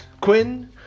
Quinn